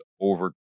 over